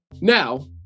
Now